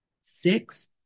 Six